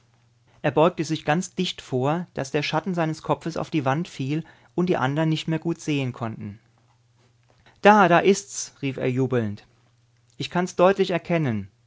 er beugte sich ganz dicht vor daß der schatten seines kopfes auf die wand fiel und die andern nicht mehr gut sehen konnten da da ist's rief er jubelnd ich kann's deutlich erkennen